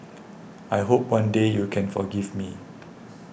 I hope one day you can forgive me